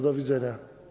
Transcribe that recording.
Do widzenia.